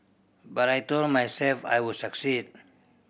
but I told myself I would succeed